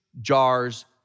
jars